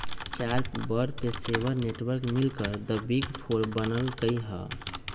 चार बड़ पेशेवर नेटवर्क मिलकर द बिग फोर बनल कई ह